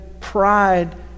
pride